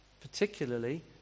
Particularly